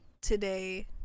today